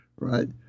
right